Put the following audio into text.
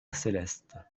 céleste